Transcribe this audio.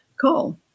call